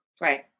Right